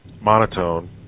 monotone